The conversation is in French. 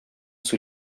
sous